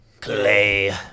Clay